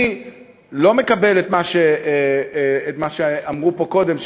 אני לא מקבל את מה שאמרו פה קודם,